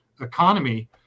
economy